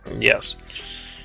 Yes